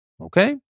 Okay